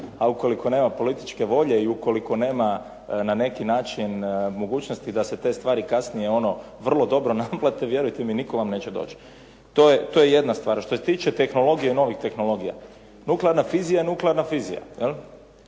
ukoliko nema političke volje i ukoliko nema na neki način mogućnosti da se te stvari kasnije vrlo dobro naplate, vjerujte mi nitko vam neće doći. To je jedna stvar. Što se tiče tehnologije i novih tehnologija, nuklearna fizija je nuklearna fizija.